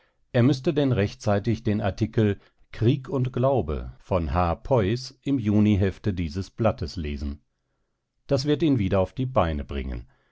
er müßte denn rechtzeitig den artikel krieg und glaube von h peus im juni-hefte dieses blattes lesen das wird ihn wieder auf die beine bringen